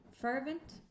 Fervent